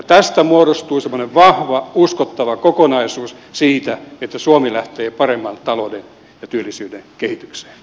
tästä muodostuu semmoinen vahva uskottava kokonaisuus siitä että suomi lähtee paremman talouden ja työllisyyden kehitykseen